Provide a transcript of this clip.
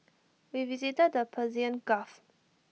we visited the Persian gulf